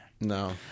No